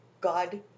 God